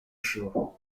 show